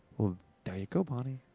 well, there you go bonnie.